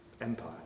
empire